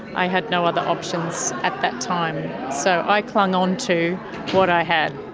i had no other options, at that time, so i clung on to what i had.